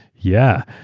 yeah.